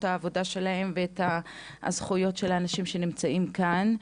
העבודה שלהם ועל הזכויות של האנשים שנמצאים כאן.